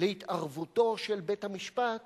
להתערבותו של בית-המשפט